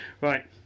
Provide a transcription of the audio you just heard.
Right